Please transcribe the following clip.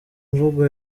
mvugo